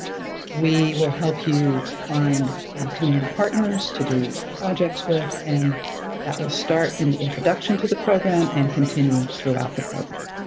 we will help you find community partners to do projects with, and that will start in the introduction to the program and continue throughout the program.